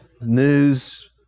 news